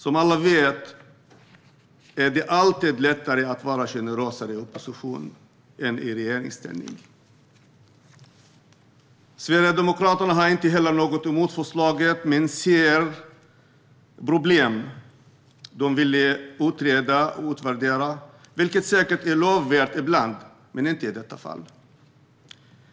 Som alla vet är det alltid lättare att vara generös i opposition än i regeringsställning. Sverigedemokraterna har inte heller något emot förslaget, men man ser problem. De vill utreda och utvärdera, vilket säkert är lovvärt ibland, men inte i detta fall.